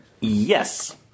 Yes